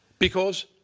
because